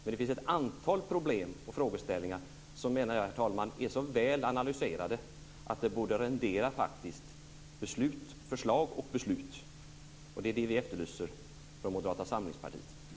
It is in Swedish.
Men det finns ett antal problem och frågeställningar som jag menar är så väl analyserade att de faktiskt borde rendera förslag och beslut, och det är det som vi från Moderata samlingspartiet efterlyser.